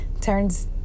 turns